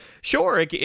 sure